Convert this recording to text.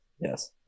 Yes